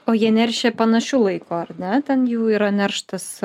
o jie neršia panašiu laiku ar ne ten jų yra nerštas